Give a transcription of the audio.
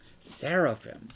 Seraphim